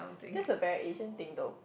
that's a very Asian thing though